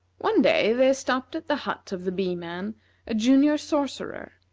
one day, there stopped at the hut of the bee-man a junior sorcerer.